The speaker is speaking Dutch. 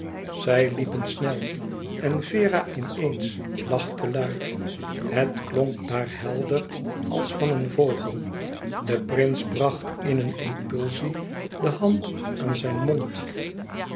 zij liepen snel en vera in eens lachte luid het klonk daar helder als van een vogel de prins bracht in een impulsie de hand aan zijn mond